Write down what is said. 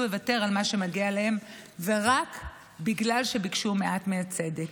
לוותר על מה שמגיע להן רק בגלל שביקשו מעט מהצדק.